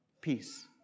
peace